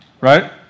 right